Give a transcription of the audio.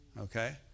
Okay